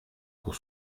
pour